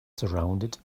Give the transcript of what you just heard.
surrounded